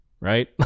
right